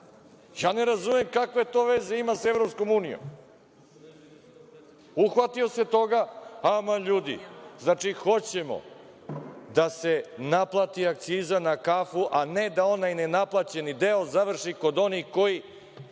razumem kakve to veze ima sa EU? Uhvatio se toga. Aman ljudi. Znači, hoćemo da se naplati akciza na kafu, a ne da onaj nenaplaćeni deo završi kod onih koji